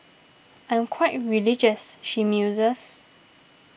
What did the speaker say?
I'm quite religious she muses